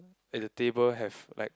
as the table have like